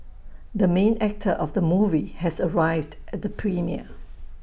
the main actor of the movie has arrived at the premiere